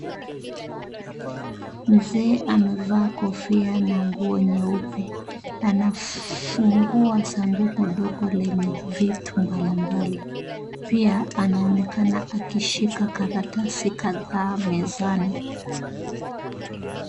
Mzee amevaa kofia na nguo nyeupe. Anafungua sanduku ndogo lenye vitu mbalimbali pia anaonekana akishika karatasi kadhaa mezani.